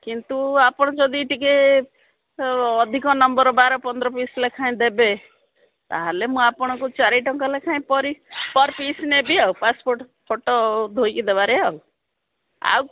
କିନ୍ତୁ ଆପଣ ଯଦି ଟିକେ ଅଧିକ ନମ୍ବର ବାର ପନ୍ଦର ପିସ୍ ଲେଖାଏଁ ଦେବେ ତାହେଲେ ମୁଁ ଆପଣଙ୍କୁ ଚାରି ଟଙ୍କା ଲେଖାଏଁ ପର୍ ପିସ୍ ନେବି ଆଉ ପାସପୋର୍ଟ ଫଟୋ ଧୋଇକି ଦେବାରେ ଆଉ ଆଉ